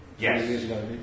Yes